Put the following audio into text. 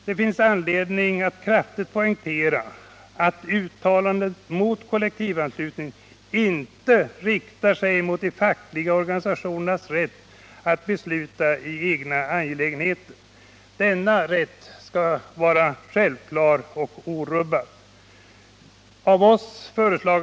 Det finns anledning att kraftigt poängtera att uttalandet mot kollektivanslutning inte riktar sig mot de fackliga organisationernas rätt att besluta i egna angelägenheter. Denna rätt är självklar och skall vara orubbad.